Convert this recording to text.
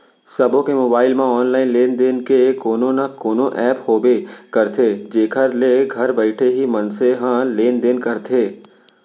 सबो के मोबाइल म ऑनलाइन लेन देन के कोनो न कोनो ऐप होबे करथे जेखर ले घर बइठे ही मनसे ह लेन देन करथे